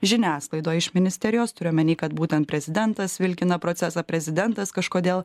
žiniasklaidoj iš ministerijos turiu omeny kad būtent prezidentas vilkina procesą prezidentas kažkodėl